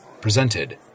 presented